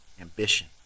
ambition